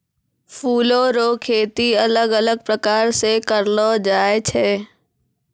फूलो रो खेती अलग अलग प्रकार से करलो जाय छै